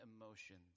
emotions